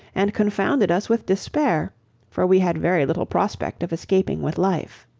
and confounded us with despair for we had very little prospect of escaping with life.